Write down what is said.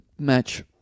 match